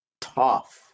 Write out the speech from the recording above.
tough